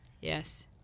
yes